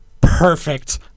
perfect